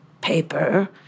paper